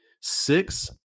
six